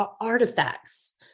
artifacts